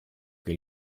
che